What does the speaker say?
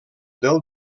del